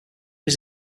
was